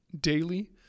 daily